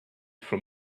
from